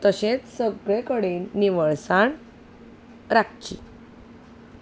तशेंच सगळे कडेन निवळसाण राखची